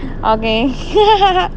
okay